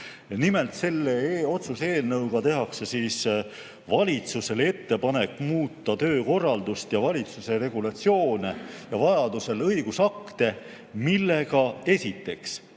Nimelt, selle otsuse eelnõuga tehakse valitsusele ettepanek muuta töökorraldust ja valitsuse regulatsioone ja vajadusel õigusakte, millega esiteks